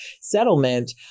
settlement